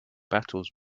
battles